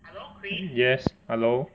yes hello